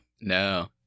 No